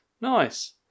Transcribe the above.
nice